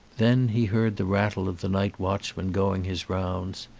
then he heard the rattle of the night watchman going his rounds.